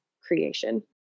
creation